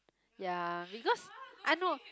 ya because I know